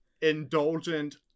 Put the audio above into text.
indulgent